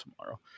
tomorrow